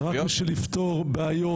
-- רק בשביל לפתור בעיות,